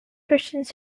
christians